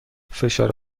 فشار